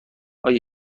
آیا